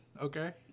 okay